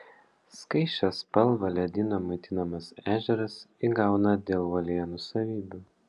skaisčią spalvą ledyno maitinamas ežeras įgauna dėl uolienų savybių